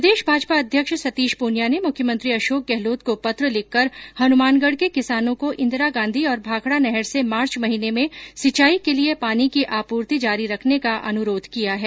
प्रदेश भाजपा अध्यक्ष सतीश प्रनिया ने मुख्यमंत्री अशोक गहलोत को पत्र लिखकर हनुमानगढ के किसानों को इंदिरा गांधी और भाखड़ा नहर से मार्च महीने में सिंचाई के लिये पानी की आपूर्ति जारी रखने का अनुरोध किया है